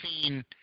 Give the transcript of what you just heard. seen